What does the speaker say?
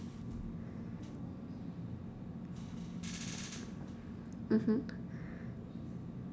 mmhmm